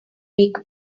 week